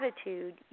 attitude